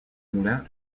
moulins